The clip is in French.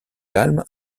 calme